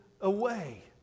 away